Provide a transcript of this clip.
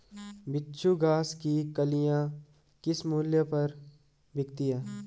बिच्छू घास की कलियां किस मूल्य पर बिकती हैं?